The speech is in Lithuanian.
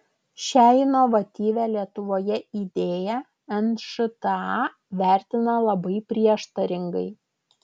šią inovatyvią lietuvoje idėją nšta vertina labai prieštaringai